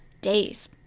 days